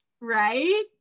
Right